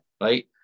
right